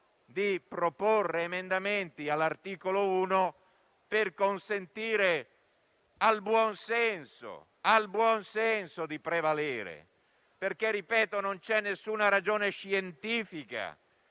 di proporre emendamenti all'articolo 1 per consentire al buon senso di prevalere. Ripeto, non c'è alcuna ragione scientifica